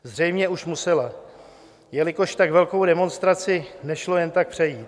Zřejmě už musela, jelikož tak velkou demonstraci nešlo jen tak přejít.